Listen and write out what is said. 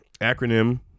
acronym